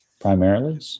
primarily